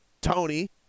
Tony